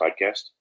Podcast